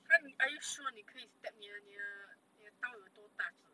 它你 are you sure 你可以 stab 你的你的你的刀有多大子